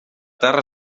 terra